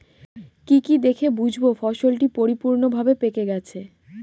কি কি দেখে বুঝব ফসলটি পরিপূর্ণভাবে পেকে গেছে?